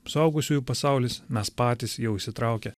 suaugusiųjų pasaulis mes patys jau įsitraukę